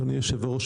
אדוני היו"ר,